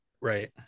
right